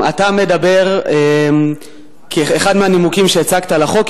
אחד מהנימוקים לחוק,